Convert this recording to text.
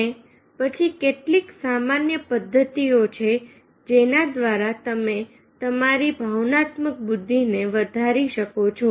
અને પછી કેટલીક સામાન્ય પદ્ધતિઓ છે જેના દ્વારા તમે તમારી ભાવનાત્મક બુદ્ધિ ને વધારે શકો છો